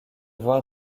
voir